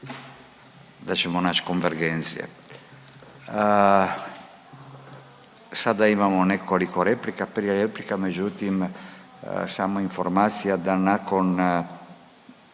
da ćemo naći konvergencije. Sada imamo nekoliko replika. Prije replika međutim samo informacija da nakon